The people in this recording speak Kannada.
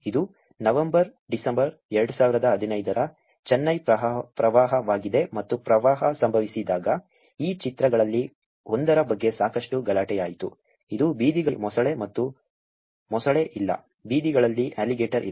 ಇದು ನವೆಂಬರ್ ಡಿಸೆಂಬರ್ 2015 ರ ಚೆನ್ನೈ ಪ್ರವಾಹವಾಗಿದೆ ಮತ್ತು ಪ್ರವಾಹ ಸಂಭವಿಸಿದಾಗ ಈ ಚಿತ್ರಗಳಲ್ಲಿ ಒಂದರ ಬಗ್ಗೆ ಸಾಕಷ್ಟು ಗಲಾಟೆಯಾಯಿತು ಇದು ಬೀದಿಗಳಲ್ಲಿ ಮೊಸಳೆ ಮತ್ತು ಮೊಸಳೆ ಇಲ್ಲ ಬೀದಿಗಳಲ್ಲಿ ಅಲಿಗೇಟರ್ ಇಲ್ಲ